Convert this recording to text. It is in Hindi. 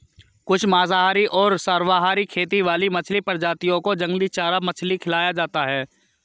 कुछ मांसाहारी और सर्वाहारी खेती वाली मछली प्रजातियों को जंगली चारा मछली खिलाया जाता है